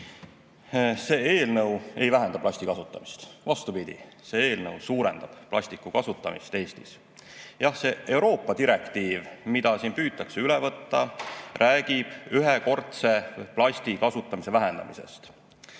See eelnõu ei vähenda plasti kasutamist. Vastupidi, see eelnõu suurendab plasti kasutamist Eestis. Jah, see Euroopa direktiiv, mida siin püütakse üle võtta, räägib ühekordse plasti kasutamise vähendamisest.